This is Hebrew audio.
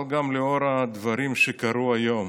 אבל גם לנוכח הדברים שקרו היום